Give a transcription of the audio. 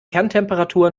kerntemperatur